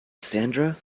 sandra